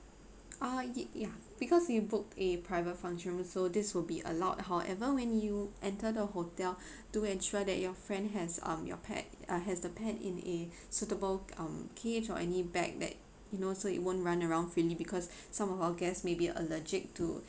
orh y~ ya because you book a private room so this will be allowed however when you entered the hotel do ensure that your friend has um your pet has the pet in a suitable um cage or any bag that you know so it won't run around freely because some of our guests maybe allergic to